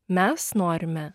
mes norime